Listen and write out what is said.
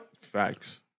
Facts